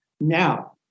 Now